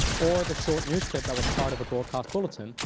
or the short news clip that was part of a broadcast bulletin,